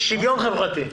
שוויון חברתי.